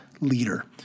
leader